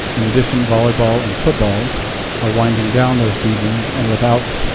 in addition, volleyball and football are winding down their seasons and without,